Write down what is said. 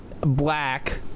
black